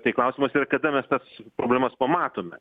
tai klausimas yra kada mes tas problemas pamatome